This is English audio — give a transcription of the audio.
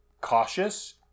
cautious